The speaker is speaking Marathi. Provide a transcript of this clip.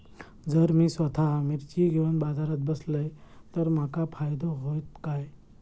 जर मी स्वतः मिर्ची घेवून बाजारात बसलय तर माका फायदो होयत काय?